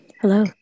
Hello